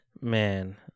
Man